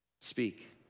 speak